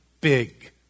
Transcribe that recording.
big